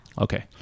Okay